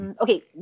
Okay